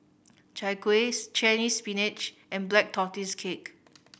Chai Kueh Chinese Ppinach and Black Tortoise Cake